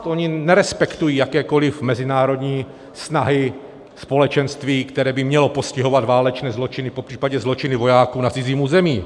Oni nerespektují jakékoli mezinárodní snahy společenství, které by mělo postihovat válečné zločiny, popřípadě zločiny vojáků na cizím území.